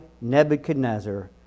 Nebuchadnezzar